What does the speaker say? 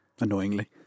annoyingly